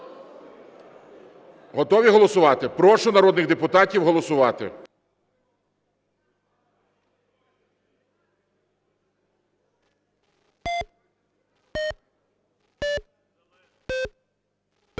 Готові голосувати? Прошу народних депутатів голосувати.